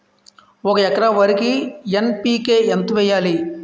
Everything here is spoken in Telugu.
ఒక ఎకర వరికి ఎన్.పి కే ఎంత వేయాలి?